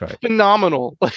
phenomenal